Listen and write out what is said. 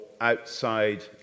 outside